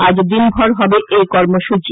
আজ দিনভর হবে এই কর্মসূচি